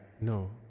no